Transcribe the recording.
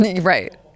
right